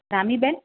Ramiben